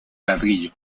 ladrillo